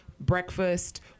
breakfast